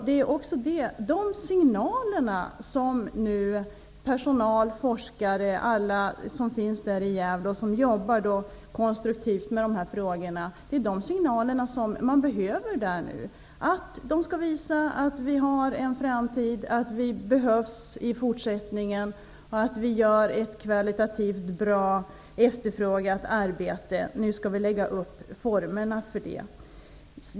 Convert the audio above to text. Det är också de signalerna som personal, forskare, ja, alla som finns i Gävle och som jobbar konstruktivt med de här frågorna behöver. De skall visa att vi har en framtid, att vi behövs i fortsättningen och att vi gör ett kvalitativt bra och efterfrågat arbete. Nu skall vi lägga upp formerna för det.